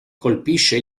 colpisce